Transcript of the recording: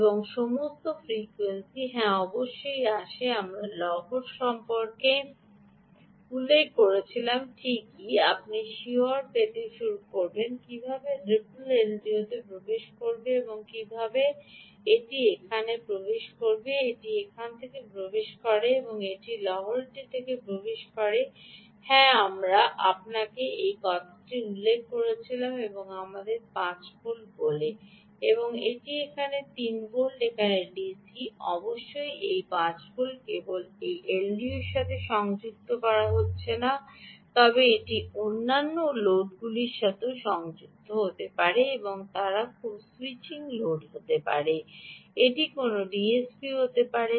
অবশ্যই এই ফ্রিকোয়েন্সিটি হ্যাঁ অবশ্যই আসে আমরা Wave সম্পর্কে উল্লেখ করলাম ঠিকই আপনি শিহর পেতে শুরু করবেন কীভাবে রিপল এলডিওতে প্রবেশ করবে কীভাবে এটি এখান থেকে প্রবেশ করে এটি এখান থেকে প্রবেশ করে এবং কেন waveটি এখান থেকে প্রবেশ করে হ্যাঁ আমরা আপনাকে এই কথাটি উল্লেখ করেছিলাম যে এটি আমাদের 5 ভোল্ট বলে এবং এটি এখানে 3 ভোল্ট এখানে ডিসি অবশ্যই এই 5 ভোল্ট কেবল এই এলডিওর সাথে সংযুক্ত হচ্ছে না তবে এটি অন্যান্য লোডগুলির সাথেও সংযুক্ত এবং তারা খুব স্যুইচিং লোড হতে পারে এটি কোনও ডিএসপি হতে পারে